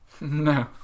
no